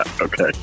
okay